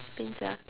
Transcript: things sia